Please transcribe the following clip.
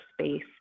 space